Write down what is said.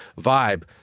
vibe